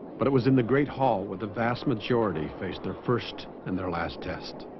but it was in the great hall with the vast majority faced their first in their last test